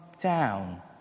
down